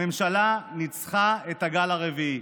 הממשלה ניצחה את הגל הרביעי